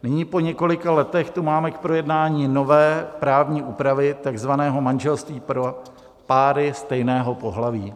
Nyní, po několika letech, tu máme k projednání nové právní úpravy takzvaného manželství pro páry stejného pohlaví.